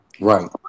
Right